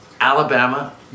Alabama